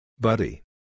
Buddy